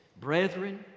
brethren